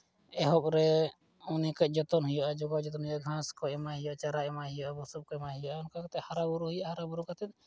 ᱮᱦᱚᱵ ᱨᱮ ᱩᱱᱤ ᱠᱟᱹᱡ ᱡᱚᱛᱚᱱ ᱦᱩᱭᱩᱜᱼᱟ ᱡᱳᱜᱟᱣ ᱡᱚᱛᱚᱱ ᱦᱩᱭᱩᱜᱼᱟ ᱜᱷᱟᱥ ᱠᱚ ᱮᱢᱟᱭ ᱦᱩᱭᱩᱜᱼᱟ ᱵᱩᱥᱩᱵ ᱠᱚ ᱮᱢᱟᱭ ᱦᱩᱭᱩᱜᱼᱟ ᱚᱱᱠᱟ ᱠᱟᱛᱮᱫ ᱦᱟᱨᱟᱼᱵᱩᱨᱩᱭᱮ ᱦᱩᱭᱩᱜᱼᱟ ᱦᱟᱨᱟᱼᱵᱩᱨᱩ ᱠᱟᱛᱮᱫ